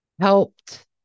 helped